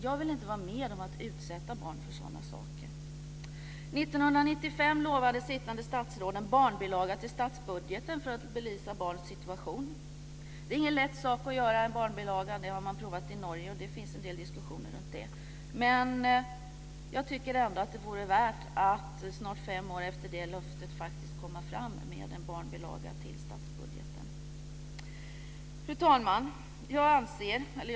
Jag vill inte vara med om att utsätta barn för sådana saker. År 1995 lovade sittande statsråd en barnbilaga till statsbudgeten för att belysa barnens situation. Det är ingen lätt sak att göra en barnbilaga. Det har man provat i Norge. Det finns en del diskussioner runt det. Jag tycker ändå att det vore värt besväret att nu, snart fem år efter det löftet, komma fram med en barnbilaga till statsbudgeten. Fru talman!